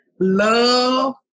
Love